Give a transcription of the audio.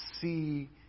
see